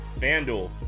FanDuel